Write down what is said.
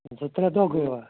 زٕ ترٛےٚ دۄہ گٔیوا